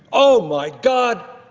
oh, my god,